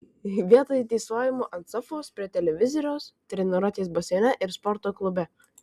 vietoj tysojimo ant sofos prie televizoriaus treniruotės baseine ir sporto klube